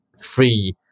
free